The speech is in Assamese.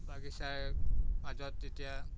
বাগিচাৰ মাজত যেতিয়া